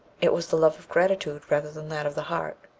it was the love of gratitude rather than that of the heart.